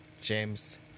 James